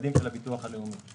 המדדים של הביטוח הלאומי.